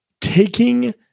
Taking